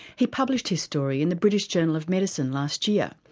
he published his story in the british journal of medicine last year,